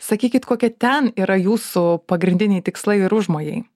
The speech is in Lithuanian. sakykit kokie ten yra jūsų pagrindiniai tikslai ir užmojai